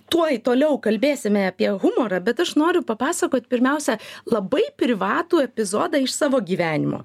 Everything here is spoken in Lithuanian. tuoj toliau kalbėsime apie humorą bet aš noriu papasakot pirmiausia labai privatų epizodą iš savo gyvenimo